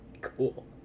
Cool